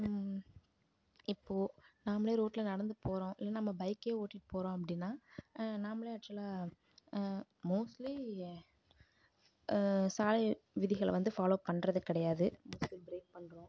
இப்போது நாம் ரோட்டில் நடந்து போகிறோம் இல்லை நம்ம பைக் ஓட்டிட்டு போகிறோம் அப்படின்னா நாம் ஆக்சுவலாக மோஸ்ட்லி சாலை விதிகளை வந்து ஃபாலோ பண்றது கிடையாது மோஸ்ட்லி பிரேக் பண்றோம்